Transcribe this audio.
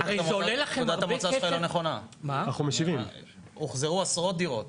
הרי זה עולה לכם הרבה כסף --- הוחזרו עשרות דירות,